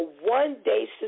one-day